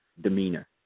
demeanor